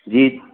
जी